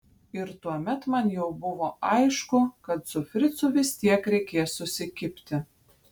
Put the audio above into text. ir tuomet man jau buvo aišku kad su fricu vis tiek reikės susikibti